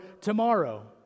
tomorrow